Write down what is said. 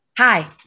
Hi